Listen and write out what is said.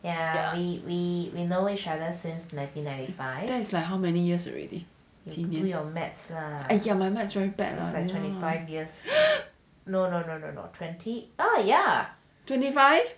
yeah we we we know each other since nineteen ninety five then is like how many years already 几年 your maths lah like twenty five years no no no no no twenty